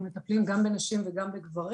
אנחנו מטפלים גם בנשים וגם בגברים